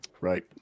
Right